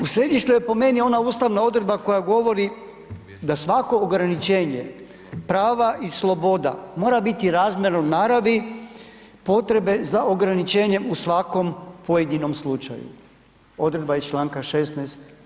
U središtu je po meni ona ustavna odredba koja govori da svako ograničenje prava i sloboda mora biti razmjerno naravi potrebe za ograničenjem u svakom pojedinom slučaju, odredba iz čl. 16.